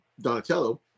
Donatello